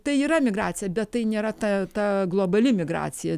tai yra migracija bet tai nėra ta ta globali migracija